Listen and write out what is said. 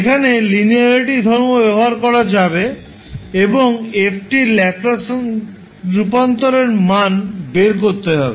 এখানে লিনিয়ারিটি ধর্ম ব্যবহার করা যাবে এবং f এর ল্যাপ্লাস রূপান্তরের মান বের করতে হবে